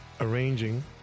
arranging